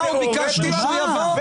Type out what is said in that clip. אנחנו ביקשנו שהוא יבוא ואנחנו שמחים.